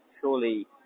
Surely